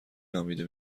نامیده